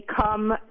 come